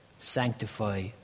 sanctify